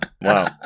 Wow